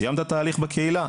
סיימת את ההליך בקהילה,